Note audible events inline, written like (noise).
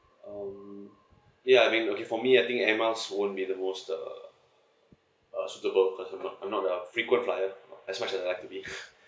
um ya I mean okay for me I think Air Miles won't be the most uh uh suitable because I'm not I'm not a frequent flyer as much that I can be (laughs)